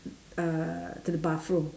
uh to the bathroom